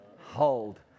Hold